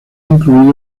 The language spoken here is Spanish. incluido